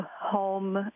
home